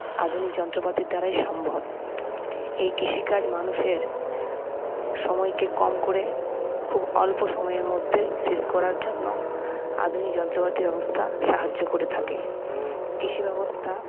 আধুনিক যন্ত্রপাতির দ্বারাই সম্ভব এই কৃষিকাজ মানুষের সময়কে কম করে খুব অল্প সময়ের মধ্যে শেষ করার জন্য আধুনিক যন্ত্রপাতির ব্যবস্থা সাহায্য করে থাকে কৃষি ব্যবস্থা